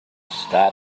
start